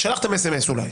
שלחתם אס אם אס אולי.